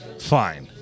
Fine